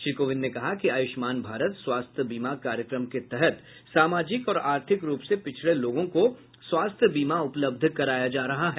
श्री कोविंद ने कहा कि आयुष्मान भारत स्वास्थ्य बीमा कार्यक्रम के तहत सामाजिक और आर्थिक रूप से पिछड़े लोगों को स्वास्थ्य बीमा उपलब्ध कराया जा रहा है